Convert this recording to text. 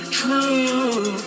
true